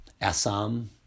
assam